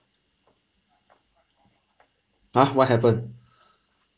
!huh! what happened